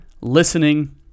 listening